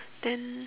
then